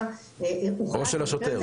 או של השוטר.